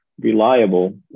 reliable